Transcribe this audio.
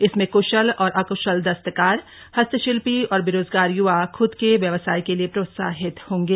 इससे क्शल और अक्शल दस्तकार हस्तशिल्पी और बेरोजगार यूवा खुद के व्यवसाय के लिए प्रोत्साहित होंगे